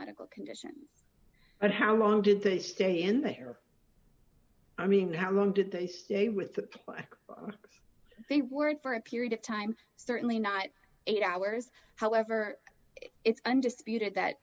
medical condition but how long did they stay in there i mean how long did they stay with that they were for a period of time certainly not eight hours however it's undisputed that